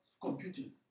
computing